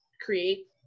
create